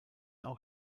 auch